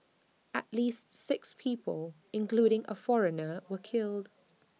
at least six people including A foreigner were killed